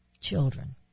Children